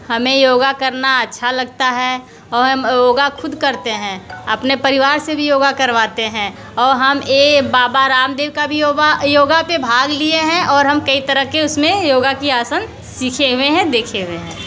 हमें योगा करना अच्छा लगता है और हम योगा ख़ुद करते हैं अपने परिवार से भी योगा करवाते हैं और हम ए बाबा रामदेव का भी योबा योगा पर भाग लिए हैं और हम कई तरह के उसमें योगा की आसन सीखे हुए हैं देखे हुए हैं